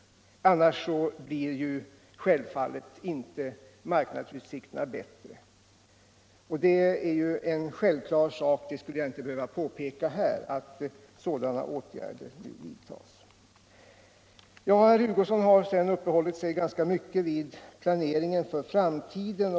Annars blir marknadsutsikterna gi — Nr 27 vetvis inte bättre. Det är självklart, det skulle jag inte behöva påpeka Tisdagen den här, att sådana åtgärder nu vidtas. 16 november 1976 Herr Hugosson har uppehållit sig ganska mycket vid planeringen för framtiden.